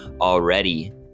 already